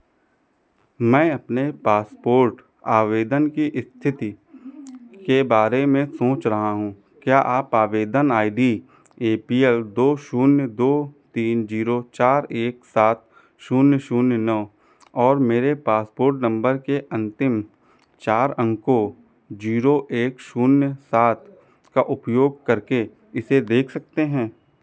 मैं अपने पासपोर्ट आवेदन की स्थिति के बारे में सोच रहा हूँ क्या आप आवेदन I D A P L दो शून्य दो तीन जीरो चार एक सात शून्य शून्य नौ और मेरे पासपोर्ट नंबर के अंतिम चार अंको जीरो एक शून्य सात का उपयोग करके इसे देख सकते हैं